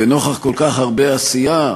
ונוכח כל כך הרבה עשייה,